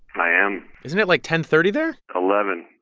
i am isn't it, like, ten thirty there? eleven